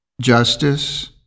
justice